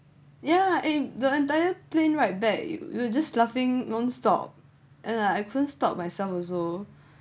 yeah eh the entire plane right back you you were just laughing non stop and that I couldn't stop myself also